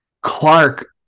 Clark